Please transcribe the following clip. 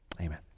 Amen